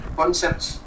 concepts